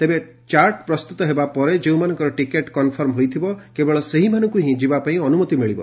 ତେବେ ଚାର୍ଟ ପ୍ରସ୍ତୁତ ହେବା ପରେ ଯେଉଁମାନଙ୍କର ଟିକେଟ୍ କନ୍ଫର୍ମ ହୋଇଥିବ କେବଳ ସେହିମାନଙ୍କୁ ହିଁ ଯିବାପାଇଁ ଅନୁମତି ମିଳିବ